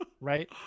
Right